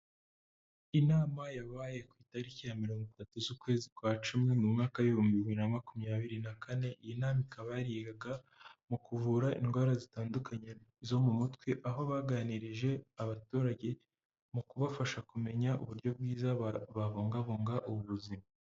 Inama yabaye ku itariki ya mirongo itatu z'ukwezi kwa cumi mu mwaka w'ibihumbi bibiri na makumyabiri na kane, inama ikaba yarigaga mu kuvura indwara zitandukanye zo mu mutwe aho baganirije abaturage mu kubafasha kumenya uburyo bwiza babungabunga ubuzima.